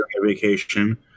Vacation